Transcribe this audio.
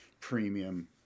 premium